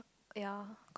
ya